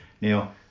Now